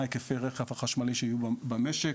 יהיו היקפי הרכב החשמלי שיהיו במשק.